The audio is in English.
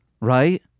right